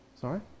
Sorry